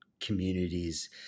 communities